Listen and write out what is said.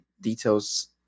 details